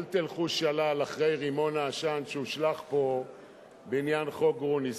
אל תלכו שולל אחרי רימון העשן שהושלך פה בעניין חוק גרוניס.